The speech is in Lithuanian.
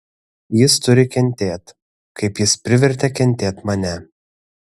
jis turi kentėt kaip jis privertė kentėt mane